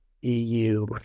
EU